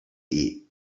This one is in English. eat